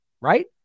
right